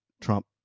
Trump